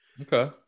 Okay